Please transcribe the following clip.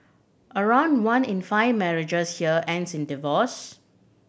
around one in five marriages here ends in divorce